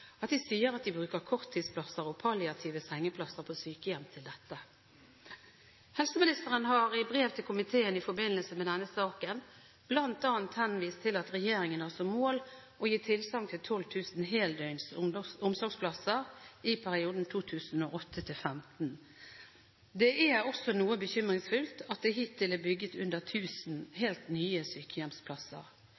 at de sier at de bruker korttidsplasser og palliative sengeplasser på sykehjem til dette. Helseministeren har i brev til komiteen i forbindelse med denne saken bl.a. henvist til at regjeringen har som mål å gi tilsagn til 12 000 heldøgns omsorgsplasser i perioden 2008–2015. Det er også noe bekymringsfullt at det hittil er bygd under